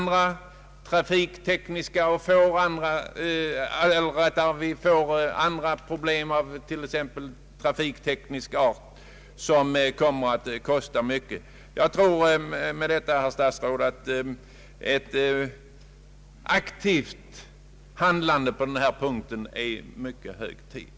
Det finns även andra problem av t.ex. trafikteknisk art som kommer att kosta mycket pengar. Jag tror med detta, herr statsråd, att det är hög tid för ett aktivt handlande på detta område.